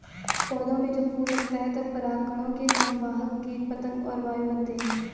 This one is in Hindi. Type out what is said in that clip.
पौधों में जब फूल लगता है तब परागकणों के संवाहक कीट पतंग और वायु बनते हैं